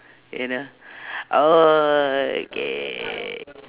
you know okay